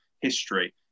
history